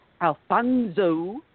Alfonso